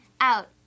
out